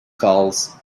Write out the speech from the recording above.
files